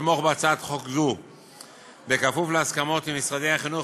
לתמוך בהצעת חוק זו בכפוף להסכמות עם משרדי החינוך,